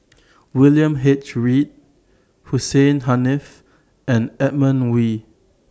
William H Read Hussein Haniff and Edmund Wee